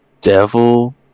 devil